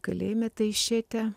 kalėjime taišete